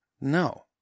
No